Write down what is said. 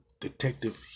detective